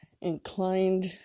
inclined